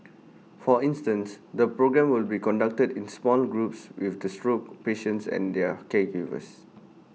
for instance the programme will be conducted in small groups with the stroke patients and their caregivers